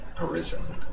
arisen